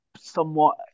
somewhat